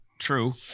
true